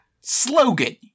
Slogan